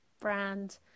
brand